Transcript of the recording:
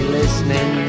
listening